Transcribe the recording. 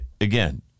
again